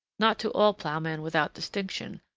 not to all ploughmen without distinction,